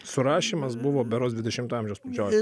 surašymas buvo berods dvidešimto amžiaus pradžioj